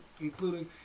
including